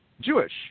Jewish